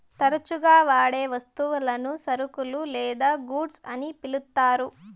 తరచుగా వాడే వస్తువులను సరుకులు లేదా గూడ్స్ అని పిలుత్తారు